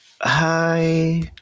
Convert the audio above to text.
hi